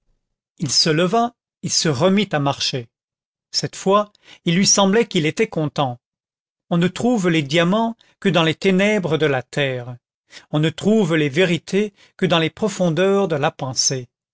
il se leva il se remit à marcher cette fois il lui semblait qu'il était content on ne trouve les diamants que dans les ténèbres de la terre on ne trouve les vérités que dans les profondeurs de la pensée